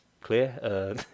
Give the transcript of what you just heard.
Clear